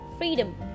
Freedom